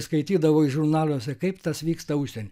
skaitydavai žurnaluose kaip tas vyksta užsieny